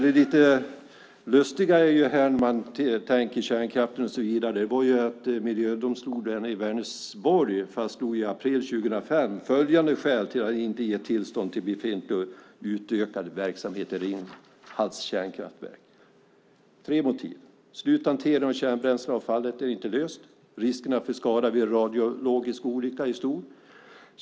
Det lustiga är att miljödomstolen i Vänersborg i april 2005 fastslog följande skäl till att inte ge tillstånd till befintlig och utökad verksamhet vid Ringhals kärnkraftverk. Man angav tre motiv: Sluthanteringen av kärnbränsleavfallet är inte löst. Riskerna för skada vid radiologisk olycka är för stor.